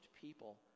people